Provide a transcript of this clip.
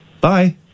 Bye